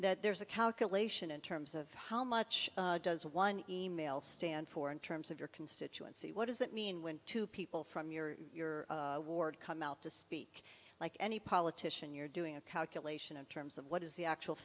that there's a calculation in terms of how much does one e mail stand for in terms of your constituency what does that mean when two people from your ward come out to speak like any politician you're doing a calculation in terms of what is the actual